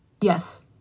Yes